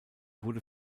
wurde